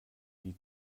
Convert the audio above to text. die